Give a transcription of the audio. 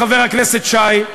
חבר הכנסת שי,